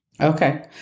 Okay